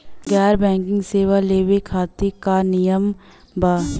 गैर बैंकिंग सेवा लेवे खातिर का नियम बा?